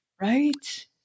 Right